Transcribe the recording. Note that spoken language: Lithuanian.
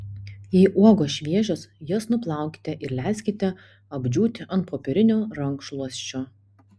jei uogos šviežios jas nuplaukite ir leiskite apdžiūti ant popierinio rankšluosčio